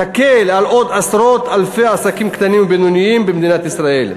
תקל על עוד עשרות אלפי עסקים קטנים ובינוניים במדינת ישראל.